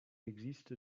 existe